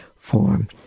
form